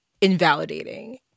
invalidating